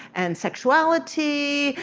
and sexuality,